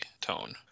tone